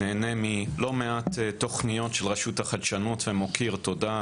נהנה מלא מעט תוכניות של רשות החדשנות ומוקיר תודה.